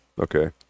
okay